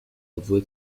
obwohl